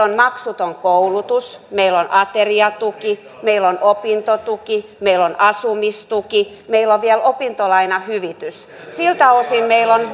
on maksuton koulutus meillä on ateriatuki meillä on opintotuki meillä on asumistuki meillä on vielä opintolainahyvitys siltä osin meillä on